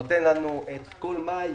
זה נותן לנו את כל מאי,